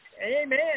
Amen